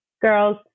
girls